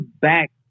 back